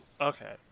okay